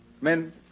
Men